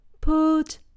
Put